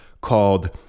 called